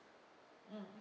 mm